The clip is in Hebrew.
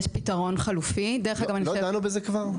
נגיד, יש פתרון חלופי --- לא דנו בזה כבר?